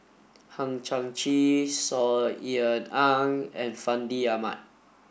Hang Chang Chieh Saw Ean Ang and Fandi Ahmad